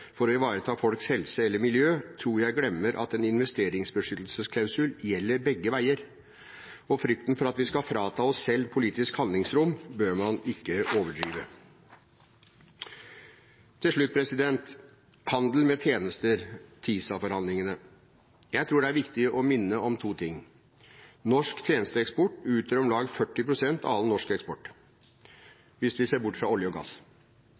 for å ivareta folks helse eller miljø, tror jeg glemmer at en investeringsbeskyttelsesklausul gjelder begge veier, og frykten for at vi skal frata oss selv politisk handlingsrom, bør man ikke overdrive. Til slutt handel med tjenester, TISA-forhandlingene. Jeg tror det er viktig å minne om to ting: Norsk tjenesteeksport utgjør om lag 40 pst. av all norsk eksport, hvis vi ser bort fra olje og gass.